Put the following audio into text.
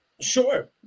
sure